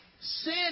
Sin